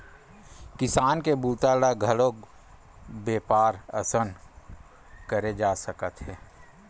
किसानी के बूता ल घलोक बेपार असन करे जा सकत हे